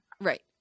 right